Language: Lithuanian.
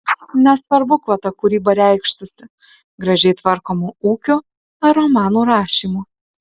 nesvarbu kuo ta kūryba reikštųsi gražiai tvarkomu ūkiu ar romanų rašymu